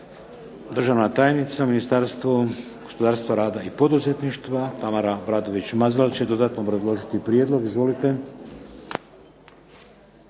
Državna tajnica u Ministarstvu gospodarstva, rada i poduzetništva Tamara Obradović Mazal će dodatno obrazložiti prijedlog. Izvolite.